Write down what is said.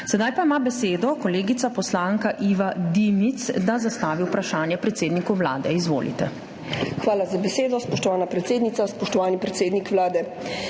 Sedaj pa ima besedo kolegica poslanka Iva Dimic, da zastavi vprašanje predsedniku Vlade. Izvolite. **IVA DIMIC (PS NSi):** Hvala za besedo. Spoštovana predsednica, spoštovani predsednik Vlade.